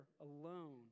alone